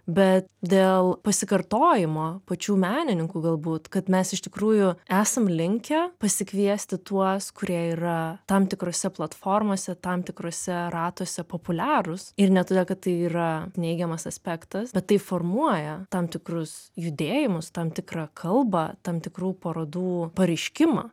bet dėl pasikartojimo pačių menininkų galbūt kad mes iš tikrųjų esam linkę pasikviesti tuos kurie yra tam tikrose platformose tam tikruose ratuose populiarūs ir ne todėl kad tai yra neigiamas aspektas bet tai formuoja tam tikrus judėjimus tam tikrą kalbą tam tikrų parodų pareiškimą